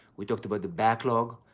we talked about the backlog,